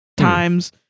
Times